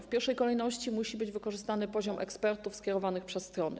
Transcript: W pierwszej kolejności musi być wykorzystany poziom ekspertów skierowanych przez strony.